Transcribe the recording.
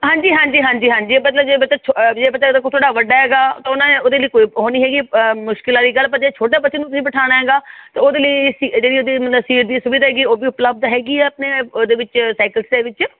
ਹਾਂਜੀ ਹਾਂਜੀ ਹਾਂਜੀ ਹਾਂਜੀ ਮਤਲਬ ਜੇ ਬੱਚਾ ਛੋਟਾ ਜੇ ਬੱਚਾ ਦੇਖੋ ਥੋੜ੍ਹਾ ਵੱਡਾ ਹੈਗਾ ਤਾਂ ਉਹਨਾਂ ਨੇ ਉਹਦੇ ਲਈ ਕੋਈ ਉਹ ਨਹੀਂ ਹੈਗੀ ਮੁਸ਼ਕਿਲ ਵਾਲੀ ਗੱਲ ਪਰ ਜੇ ਛੋਟਾ ਬੱਚੇ ਨੂੰ ਤੁਸੀਂ ਬਿਠਾਉਣਾ ਹੈਗਾ ਤਾਂ ਉਹਦੇ ਲਈ ਸੀ ਜਿਹੜੀ ਉਹਦੀ ਸੀਟ ਦੀ ਸੁਵਿਧਾ ਹੈਗੀ ਉਹ ਵੀ ਉਪਲਬਧ ਹੈਗੀ ਆ ਆਪਣੇ ਉਹਦੇ ਵਿੱਚ ਸਾਈਕਲਸ ਦੇ ਵਿੱਚ